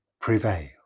prevail